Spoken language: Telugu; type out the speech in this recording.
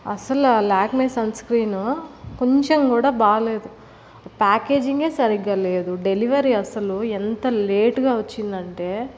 అసలు ఆ లాక్మే సన్ స్క్రీన్ కొంచెం కూడా బాగాలేదు ప్యాకేజింగ్ ఏ సరిగ్గా లేదు డెలివరీ అస్సలు ఎంత లేట్ గా వచ్చిందంటే